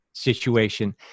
Situation